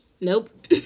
Nope